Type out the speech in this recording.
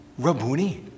Rabuni